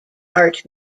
art